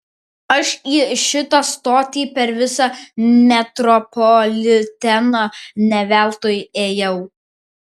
aš į šitą stotį per visą metropoliteną ne veltui ėjau